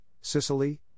Sicily